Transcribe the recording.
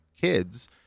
kids